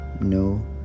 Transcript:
No